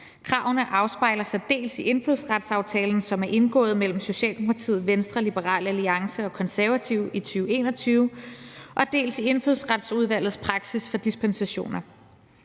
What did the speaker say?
Kravene afspejler sig dels i indfødsretsaftalen, som er indgået mellem Socialdemokratiet, Venstre, Liberal Alliance og De Konservative i 2021, og dels i Indfødsretsudvalgets praksis for dispensationer.